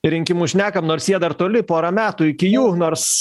rinkimus šnekam nors jie dar toli pora metų iki jų nors